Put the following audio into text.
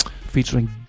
featuring